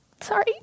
sorry